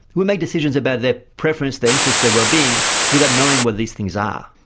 we make decisions about their preference, their interest, their well-being without knowing what these things are.